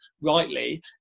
rightly